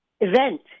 event